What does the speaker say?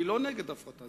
אני לא נגד הפרטה.